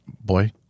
Boy